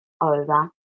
over